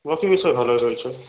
বাকি বিষয় ভালো চলছে